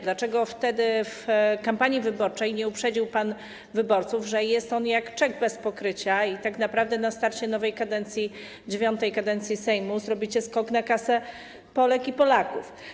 Dlaczego wtedy w kampanii wyborczej nie uprzedził pan wyborców, że jest on jak czek bez pokrycia i tak naprawdę na starcie nowej kadencji, IX kadencji Sejmu zrobicie skok na kasę Polek i Polaków?